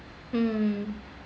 mm